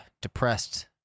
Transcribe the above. depressed